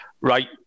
right